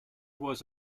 was